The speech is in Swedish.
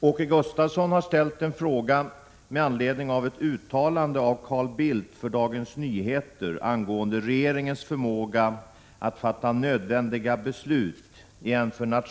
I en intervju i Dagens Nyheter den 15 februari ställs ett antal frågor till moderatledaren Carl Bildt. En av frågorna handlar om mobilisering i ett krisläge.